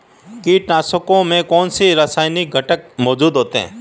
कीटनाशकों में कौनसे रासायनिक घटक मौजूद होते हैं?